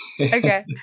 Okay